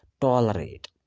tolerate